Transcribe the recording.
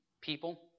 people